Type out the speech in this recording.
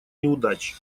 неудач